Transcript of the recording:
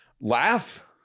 Laugh